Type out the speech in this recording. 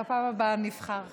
בפעם הבאה אבחר אחרת.